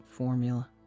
Formula